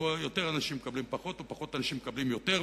שבו יותר אנשים מקבלים פחות ופחות אנשים מקבלים יותר,